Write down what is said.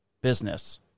business